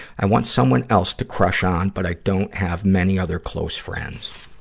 i want someone else to crush on, but i don't have many other close friends.